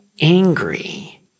angry